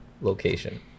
location